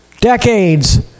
decades